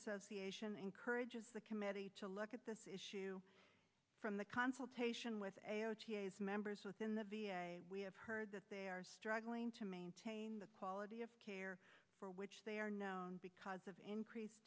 association encourages the committee to look at this issue from the consultation with a o t s members within the v a we have heard that they are struggling to maintain the quality of care for which they are known because of increase